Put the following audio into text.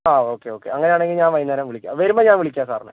ആ okay okay അങ്ങനെയാണെങ്കിൽ ഞാൻ വൈകുന്നേരം വിളിക്കാം വരുമ്പോൾ ഞാൻ വിളിക്കാം സാറിനെ